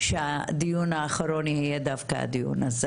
שהדיון האחרון יהיה דווקא הדיון הזה.